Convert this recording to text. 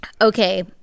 Okay